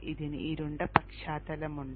ഇതിന് ഇരുണ്ട പശ്ചാത്തലമുണ്ട്